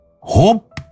Hope